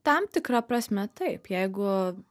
tam tikra prasme taip jeigu